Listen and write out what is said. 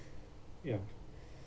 ya